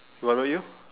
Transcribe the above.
what about you